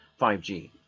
5G